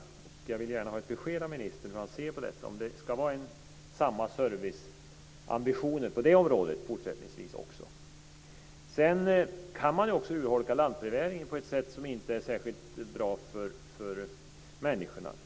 Jag vill gärna ha ett besked av ministern om hur han ser på detta, om serviceambitionen ska vara densamma på detta område fortsättningsvis också. Sedan kan man också urholka lantbrevbäringen på ett sätt som inte är särskilt bra för människorna.